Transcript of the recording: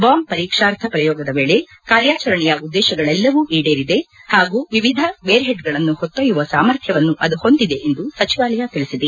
bomb ಪರೀಕ್ಷಾರ್ಥ ಪ್ರಯೋಗದ ವೇಳೆ ಕಾರ್ಯಾಚರಣೆಯ ಉದ್ದೇಶಗಳೆಲ್ಲವೂ ಈಡೇರಿದೆ ಮತ್ತು ವಿವಿಧ ವೇರ್ಹೆಡ್ಗಳನ್ನು ಹೊತ್ತೊಯ್ಲುವ ಸಾಮರ್ಥ್ಲವನ್ನು ಅದು ಹೊಂದಿದೆ ಎಂದು ಸಚಿವಾಲಯ ಹೇಳಿದೆ